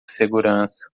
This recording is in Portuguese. segurança